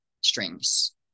strings